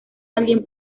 alguien